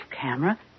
camera